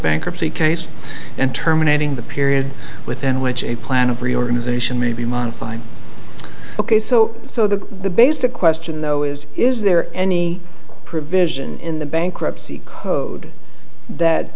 bankruptcy case and terminating the period within which a plan of reorganization may be modified ok so so that the basic question though is is there any provision in the bankruptcy code that